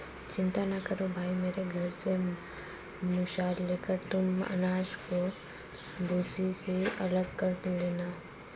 चिंता ना करो भाई मेरे घर से मूसल लेकर तुम अनाज को भूसी से अलग कर लेना